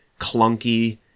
clunky